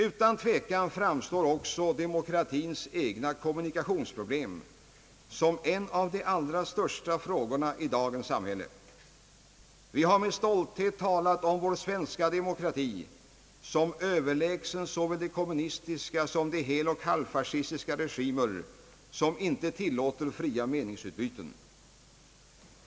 Utan tvekan framstår också demokratins egna kommunikationsproblem som en av de allra största frågorna i dagens samhälle. Vi har med stolthet talat om vår svenska demokrati som överlägsen såväl de kommunistiska som de heloch halvfascistiska regimer som inte tillåter fria meningsutbyten.